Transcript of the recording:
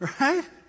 Right